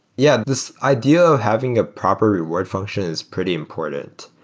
yeah, this idea of having a proper reward function is pretty important.